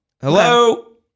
Hello